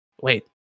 Wait